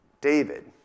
David